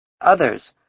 Others